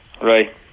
Right